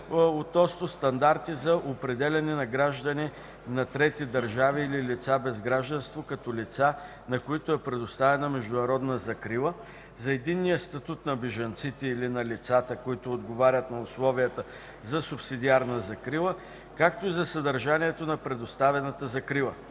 относно стандарти за определянето на граждани на трети държави или лица без гражданство като лица, на които е предоставена международна закрила, за единния статут на бежанците или на лицата, които отговарят на условията за субсидиарна закрила, както и за съдържанието на предоставената закрила,